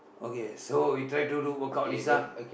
okay so we try to work out this ah